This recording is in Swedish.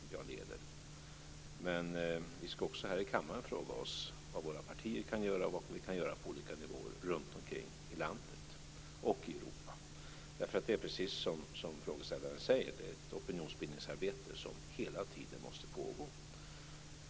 Fru talman! Det är en bra och angelägen fråga, och den har naturligtvis många svar. Jag kan berätta vad jag kan göra som person, som individ. Jag kan berätta vad den regering tänker göra som jag leder. Men vi ska också här i kammaren fråga oss vad våra partier kan göra och vad vi kan göra på olika nivåer runtomkring i landet och i Europa. Det är, precis som frågeställaren säger, ett opinionsbildningsarbete som hela tiden måste pågå.